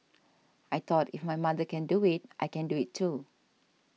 I thought if my mother can do it I can do it too